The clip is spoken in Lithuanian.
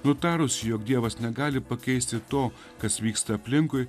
nutarus jog dievas negali pakeisti to kas vyksta aplinkui